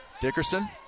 Dickerson